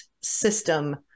system